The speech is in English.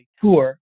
tour